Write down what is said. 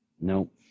Nope